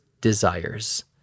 desires